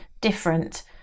different